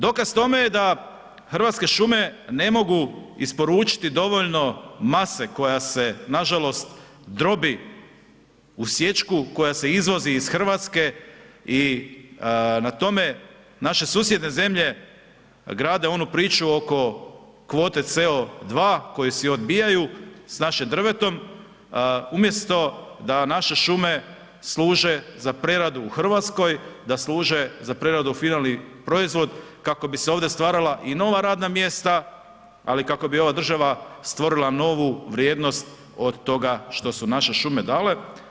Dokaz tome je da Hrvatske šume ne mogu isporučiti dovoljno mase koja se nažalost drobi u sječku koja se izvozi iz Hrvatske i na tome naše susjedne zemlje grade onu priču oko kvote CO2 koju svi odbijaju s našim drvetom umjesto da naše šume služe za preradu u Hrvatskoj, da služe za preradu u finalni proizvod kako bi se ovdje stvarala i nova radna mjesta ali i kako bi ova država stvorila novu vrijednost od toga što su naše šume dale.